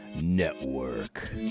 Network